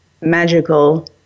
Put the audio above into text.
magical